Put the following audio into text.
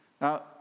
Now